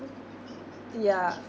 yeah